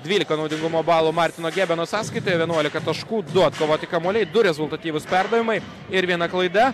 dvylika naudingumo balų martino gebeno sąskaitoje vienuolika taškų du atkovoti kamuoliai du rezultatyvūs perdavimai ir viena klaida